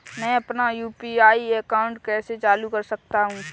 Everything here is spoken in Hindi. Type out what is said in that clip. मैं अपना यू.पी.आई अकाउंट कैसे चालू कर सकता हूँ?